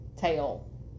tail